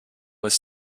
was